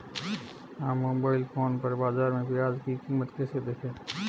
हम mobile phone पर बाज़ार में प्याज़ की कीमत कैसे देखें?